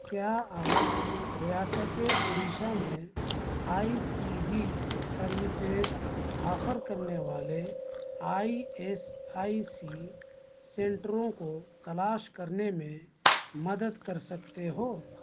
کیا آپ ریاست اڑیسہ میں I C G services offer کرنے والے آئی ایس آئی سی سنٹروں کو تلاش کرنے میں مدد کر سکتے ہو